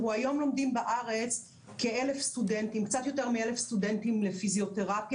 היום לומדים בארץ קצת יותר מ-1,000 סטודנטים לפיזיותרפיה,